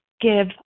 give